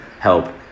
help